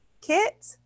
kit